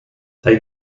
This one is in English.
they